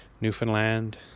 Newfoundland